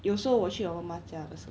有时候我去我妈妈家的时候